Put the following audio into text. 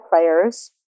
players